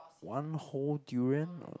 one whole durian or